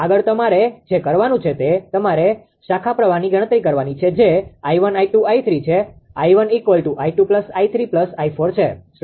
આગળ તમારે જે કરવાનું છે તે તમારે શાખા પ્રવાહની ગણતરી કરવાની છે જે 𝐼1 𝐼2 𝐼3 છે 𝐼1 𝑖2 𝑖3 𝑖4 છે